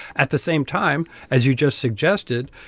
at the same time, as you just suggested,